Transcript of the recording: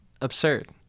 absurd